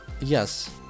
Yes